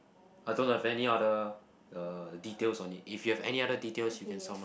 I don't have any other uh details on it if you have any other details you can sound out